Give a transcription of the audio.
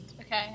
Okay